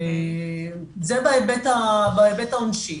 זה בהיבט העונשי.